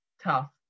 tough